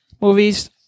movies